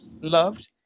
loved